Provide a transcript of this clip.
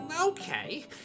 Okay